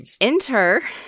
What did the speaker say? enter